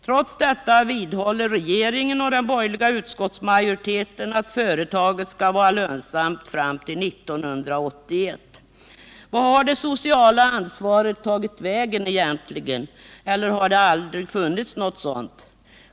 Trots detta vidhåller regeringen och den borgerliga utskottsmajoriteten att företaget skall vara lönsamt fram till 1981. Vart har det sociala ansvaret egentligen tagit vägen? Eller har det aldrig funnits något sådant?